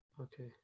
okay